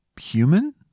human